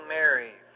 Mary